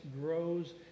grows